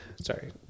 sorry